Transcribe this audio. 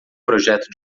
projeto